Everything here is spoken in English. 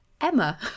Emma